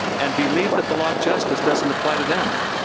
and believe that the law of justice doesn't apply to them.